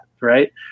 right